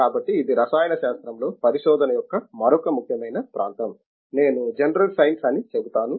కాబట్టి ఇది రసాయన శాస్త్రంలో పరిశోధన యొక్క మరొక ముఖ్యమైన ప్రాంతం నేను జనరల్ సైన్స్ అని చెబుతాను